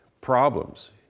problems